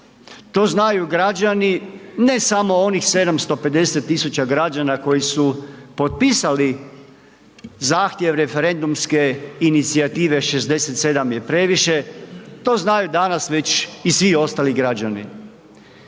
ne samo građani, ne samo onih 750000 građana koji su potpisali zahtjev referendumske inicijative „67 je previše“, to znaju danas već i svi ostali građani.